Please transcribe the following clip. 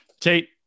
tate